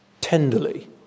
tenderly